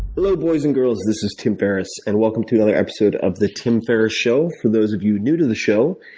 boys and girls, this is tim ferriss. and welcome to another episode of the tim ferriss show. for those of you new to the show,